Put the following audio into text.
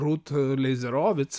rut leizerovic